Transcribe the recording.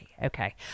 Okay